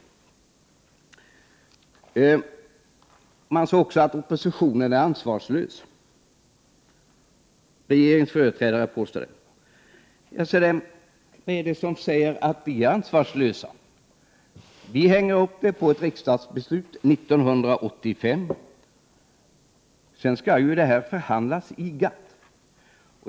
Regeringens företrädare påstod också att oppositionen är ansvarslös. Men vad är det som säger att vi i oppositionen är ansvarslösa? Vårt ställningstagande har sin grund i ett riksdagsbeslut från 1985. Men detta skall ju bli föremål för förhandling i GATT.